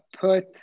put